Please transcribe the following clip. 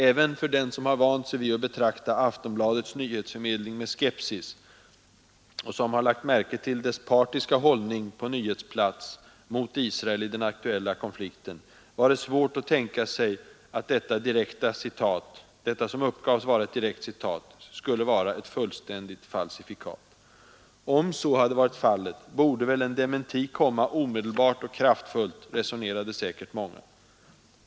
Även för den som har vant sig vid att betrakta Aftonbladets nyhetsförmedling med skepsis och som har lagt märke till dess partiska hållning på nyhetsplats mot Israel i den aktuella konflikten var det svårt att tänka sig att detta, som uppgavs vara ett direkt citat, skulle vara ett fullständigt falsifikat. Om så hade varit fallet, borde väl en dementi komma omedelbart och kraftfullt, resonerade säkert många.